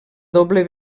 doble